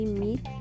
meet